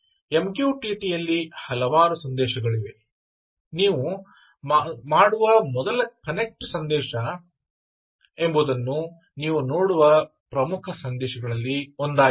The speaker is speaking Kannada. MQTT ಯಲ್ಲಿ ಹಲವಾರು ಸಂದೇಶಗಳಿವೆ ನೀವು ಮಾಡುವ ಮೊದಲ ಕನೆಕ್ಟ್ ಸಂದೇಶ ಎಂದು ನೀವು ನೋಡುವ ಪ್ರಮುಖ ಸಂದೇಶಗಳಲ್ಲಿ ಒಂದಾಗಿದೆ